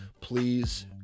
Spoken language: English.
please